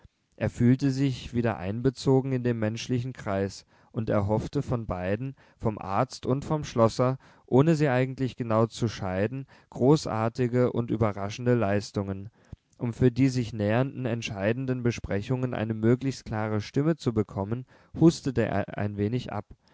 er fühlte sich wieder einbezogen in den menschlichen kreis und erhoffte von beiden vom arzt und vom schlosser ohne sie eigentlich genau zu scheiden großartige und überraschende leistungen um für die sich nähernden entscheidenden besprechungen eine möglichst klare stimme zu bekommen hustete er ein wenig ab